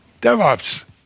DevOps